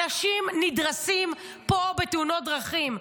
אנשים נדרסים פה בתאונות דרכים.